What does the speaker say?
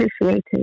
appreciated